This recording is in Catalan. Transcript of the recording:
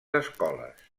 escoles